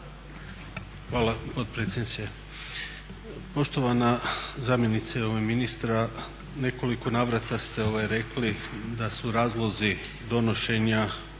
Hvala potpredsjednice. Poštovana zamjenice ministra, u nekoliko navrata ste rekli da su razlozi donošenja